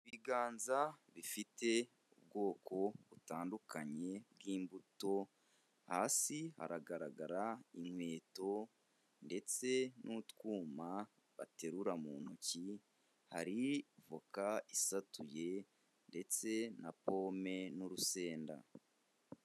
Ibiganza bifite ubwoko butandukanye bw'imbuto, hasi haragaragara inkweto ndetse n'utwuma baterura mu ntoki, hari voka isatuye ndetse na pome n'urusenda.